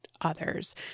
others